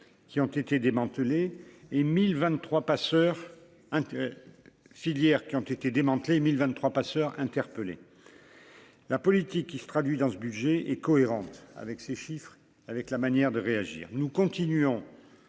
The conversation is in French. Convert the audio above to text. qui ont été 1023 passeur interpellé la politique qui se traduit dans ce budget est cohérente avec ces chiffres, avec la manière de réagir, nous continuons